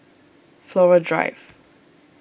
Flora Drive